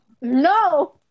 no